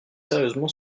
sérieusement